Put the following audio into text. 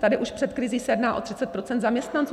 Tady už před krizí se jedná o 30 % zaměstnanců.